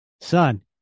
Son